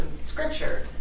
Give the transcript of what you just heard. scripture